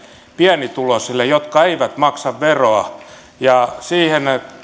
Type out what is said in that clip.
pienituloisille jotka eivät maksa veroa siihen